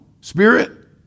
spirit